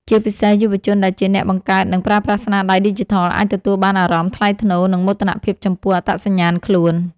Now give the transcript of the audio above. ជាពិសេស យុវជនដែលជាអ្នកបង្កើតនិងប្រើប្រាស់ស្នាដៃឌីជីថល អាចទទួលបានអារម្មណ៍ថ្លៃថ្នូរ និងមោទនភាពចំពោះអត្តសញ្ញាណខ្លួន